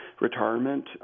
retirement